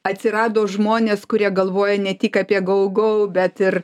atsirado žmonės kurie galvoja ne tik apie gau gau bet ir